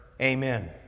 Amen